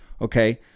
okay